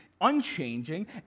unchanging